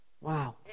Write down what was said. Wow